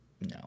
No